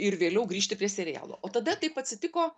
ir vėliau grįžti prie serialo o tada taip atsitiko